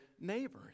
neighbors